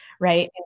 right